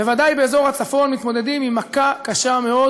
בוודאי באזור הצפון, מתמודדים עם מכה קשה מאוד